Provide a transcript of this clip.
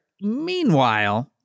Meanwhile